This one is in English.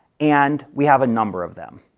and we have a number of them.